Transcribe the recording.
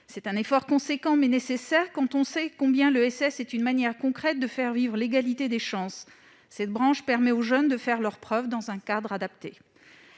est important, mais nécessaire, quand on sait combien l'ESS est une manière concrète de faire vivre l'égalité des chances. Cette branche permet en effet aux jeunes de faire leurs preuves dans un cadre adapté.